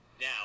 Now